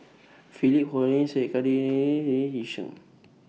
Philip Hoalim Syed Yi Sheng